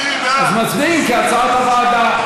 אז מצביעים כהצעת הוועדה.